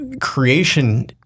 creation